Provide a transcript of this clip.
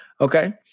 okay